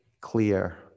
clear